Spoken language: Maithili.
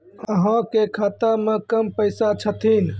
अहाँ के खाता मे कम पैसा छथिन?